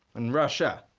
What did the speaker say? and russia,